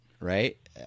right